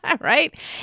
right